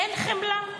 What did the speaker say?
אין חמלה?